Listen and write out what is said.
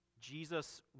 Jesus